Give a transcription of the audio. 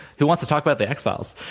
who wants to talk about the x-files?